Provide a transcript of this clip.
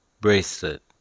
bracelet